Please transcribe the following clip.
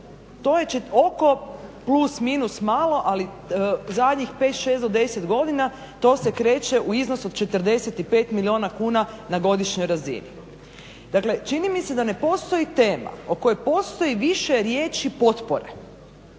to je oko plus minus malo ali zadnjih 5, 6-10 godina to se kreće u iznos od 45 milijuna kuna na godišnjoj razini. Dakle, čini mi se da ne postoji tema o kojoj postoji više riječi potpore,